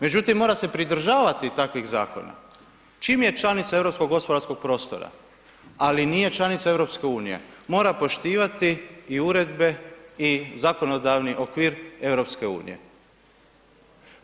Međutim mora se pridržavati takvih zakona čim je članica europskog gospodarskog prostora ali nije članica EU-a, mora poštivati i uredbe i zakonodavni okvir EU-a.